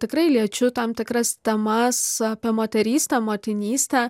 tikrai liečiu tam tikras temas apie moterystę motinystę